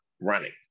running